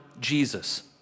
Jesus